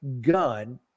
gun